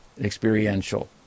experiential